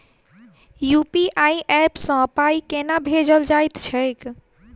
UPI app सँ पाई केना भेजल जाइत छैक?